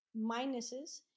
minuses